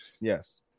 Yes